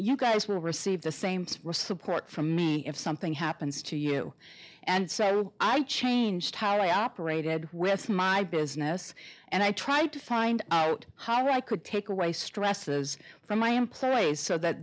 you guys will receive the same to support from me if something happens to you and so i changed how i operated with my business and i try to find out how i could take away stresses from my employees so that